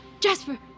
Jasper